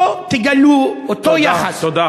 פה תגלו אותו יחס, תודה.